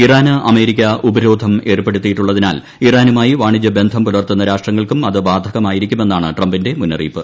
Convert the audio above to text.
ഇറാന് America ഉപ്പരോധം ഏർപ്പെടുത്തിയിട്ടുള്ളതിനാൽ ഇറാനുമായി വാണിജ്യബ്ന്ധു് പുലർത്തുന്ന രാഷ്ട്രങ്ങൾക്കും അത് ബാധകമായിരിക്കുമെന്നാണ് ട്രംപിന്റെ മുന്നറിയിപ്പ്